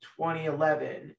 2011